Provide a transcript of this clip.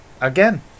again